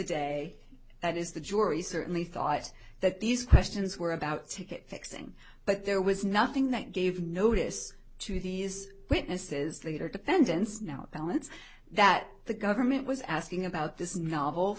is the jury certainly thought that these questions were about to get fixing but there was nothing that gave notice to these witnesses later dependence now balance that the government was asking about this novel